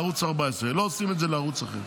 לערוץ 14. לא עושים את זה לערוץ אחר.